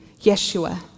Yeshua